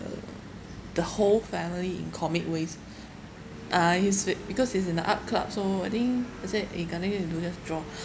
the whole family in comic ways uh he's with because he's in the art club so I think I said you got nothing to do just draw